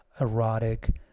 erotic